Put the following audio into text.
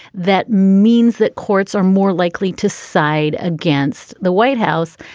that means that courts are more likely to side against the white house.